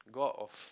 go out of